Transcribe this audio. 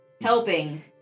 helping